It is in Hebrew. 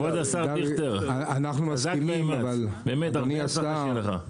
כבוד השר דיכטר, חזק ואמץ, הרבה הצלחה שתהיה לך.